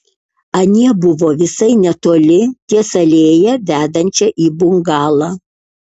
anie buvo visai netoli ties alėja vedančia į bungalą